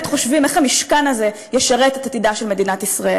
חושבים איך המשכן הזה ישרת את עתידה של מדינת ישראל.